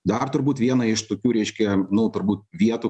dar turbūt viena iš tokių reiškia nu turbūt vietų